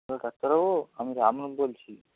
ডাক্তারবাবু আমি রাম বলছি